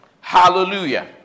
Hallelujah